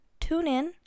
TuneIn